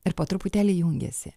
ir po truputėlį jungiasi